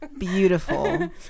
Beautiful